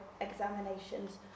examinations